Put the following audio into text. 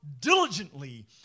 diligently